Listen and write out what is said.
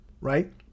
Right